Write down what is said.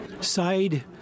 side